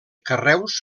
carreus